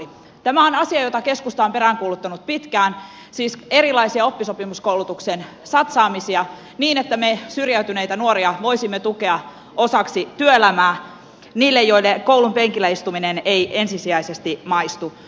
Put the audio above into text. tämä on asia jota keskusta on peräänkuuluttanut pitkään siis erilaisia oppisopimuskoulutukseen satsaamisia niin että me syrjäytyneitä nuoria voisimme tukea osaksi työelämää niitä joille koulunpenkillä istuminen ei ensisijaisesti maistu